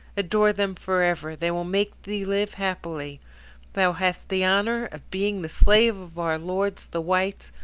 adore them for ever they will make thee live happily thou hast the honour of being the slave of our lords, the whites,